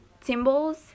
symbols